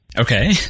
Okay